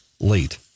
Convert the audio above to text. late